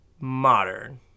modern